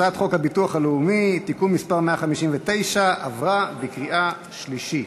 הצעת חוק הביטוח הלאומי (תיקון מס' 159) עברה בקריאה שלישית.